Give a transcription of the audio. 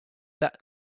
that